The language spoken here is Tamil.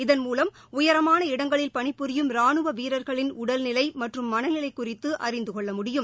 இதன் மூலம் உயரமான இடங்களில் பணிபுரியும் ரானுவ வீரர்களின் உடல்நிலை மற்றும் மனநிலை குறித்து அறிந்துகொள்ள முடியும்